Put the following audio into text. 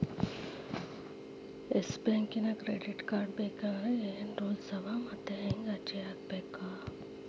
Yes ಬ್ಯಾಂಕಿನ್ credit card ಬೇಕಂದ್ರ ಏನ್ ರೂಲ್ಸವ ಮತ್ತ್ ಹೆಂಗ್ ಅರ್ಜಿ ಹಾಕ್ಬೇಕ?